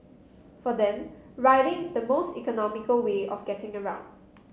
for them riding is the most economical way of getting around